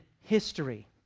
history